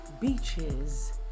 beaches